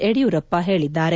ಯಡಿಯೂರಪ್ಪ ಹೇಳಿದ್ದಾರೆ